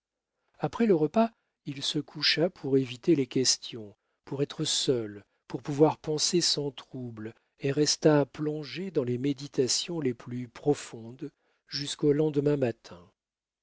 après le repas il se coucha pour éviter les questions pour être seul pour pouvoir penser sans trouble et resta plongé dans les méditations les plus profondes jusqu'au lendemain matin